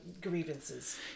grievances